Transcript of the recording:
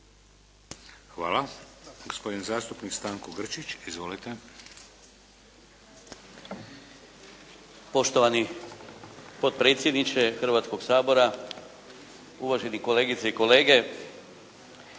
Hvala. Gospodin zastupnik Stanko Grčić. Izvolite. **Grčić, Stanko (HSS)** Poštovani potpredsjedniče Hrvatskog sabora, uvaženi kolegice i kolege.